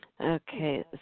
Okay